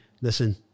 Listen